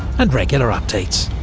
and regular updates.